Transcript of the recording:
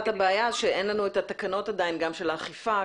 הבעיות שאין לנו את התקנות עדיין גם של האכיפה,